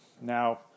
Now